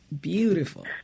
Beautiful